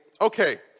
okay